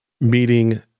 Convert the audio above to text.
meeting